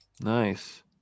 nice